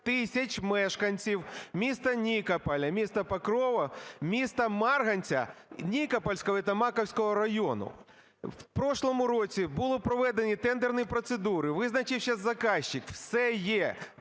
тисяч мешканців міста Нікополя, міста Покрова, міста Марганця Нікопольського і Томаківського району. В прошлому році були проведені тендерні процедури, визначився заказник – все є,